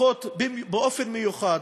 מקופחות באופן מיוחד